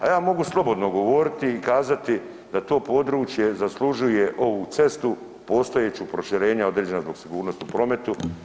A ja mogu slobodno govoriti i kazati da to područje zaslužuje ovu cestu postojeću proširenja određena zbog sigurnosti u prometu.